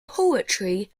poetry